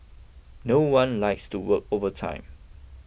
no one likes to work overtime